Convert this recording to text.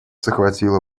захватило